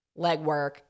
legwork